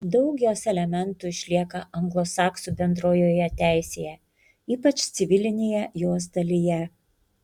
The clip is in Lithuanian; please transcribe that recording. daug jos elementų išlieka anglosaksų bendrojoje teisėje ypač civilinėje jos dalyje